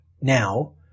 now